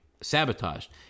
sabotaged